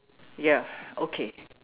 ya okay